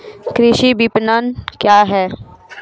कृषि विपणन क्या है?